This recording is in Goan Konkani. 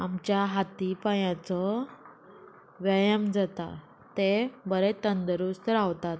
आमच्या हाती पांयाचो व्यायाम जाता ते बरे तंदरुस्त रावतात